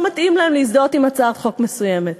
מתאים להם להזדהות עם הצעת חוק מסוימת.